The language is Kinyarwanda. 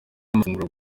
amafunguro